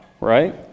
right